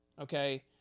okay